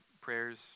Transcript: prayers